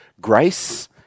Grace